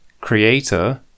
Creator